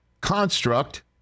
construct